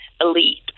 elite